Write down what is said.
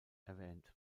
erwähnt